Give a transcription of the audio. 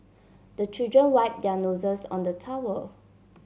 the children wipe their noses on the towel